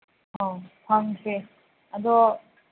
ꯑꯧ ꯐꯪꯁꯦ ꯑꯗꯣ